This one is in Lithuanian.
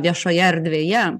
viešoje erdvėje